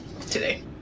today